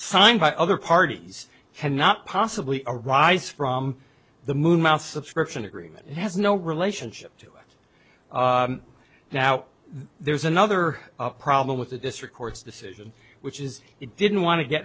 signed by other parties cannot possibly arise from the moon mount subscription agreement has no relationship to it now there's another problem with the district court's decision which is it didn't want to get